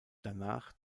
danach